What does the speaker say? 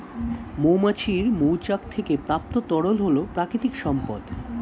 মৌমাছির মৌচাক থেকে প্রাপ্ত তরল হল প্রাকৃতিক সম্পদ